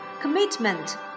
Commitment